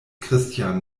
christian